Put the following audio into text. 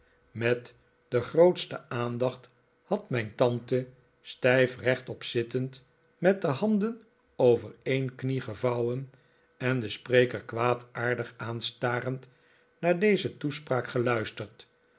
met de grootste aandacht had mijn tante stijf rechtop zittend met de handeri over een knie gevouwen en den spreker kwaadaardig aanstarend naar deze toespraak geluisterd